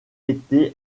été